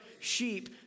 sheep